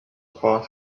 hot